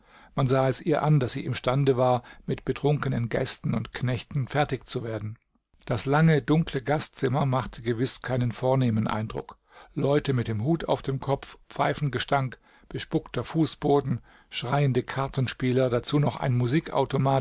man sah es ihr an daß sie imstande war mit betrunkenen gästen und knechten fertig zu werden das lange dunkle gastzimmer machte gewiß keinen vornehmen eindruck leute mit dem hut auf dem kopf pfeifengestank bespuckter fußboden schreiende kartenspieler dazu noch ein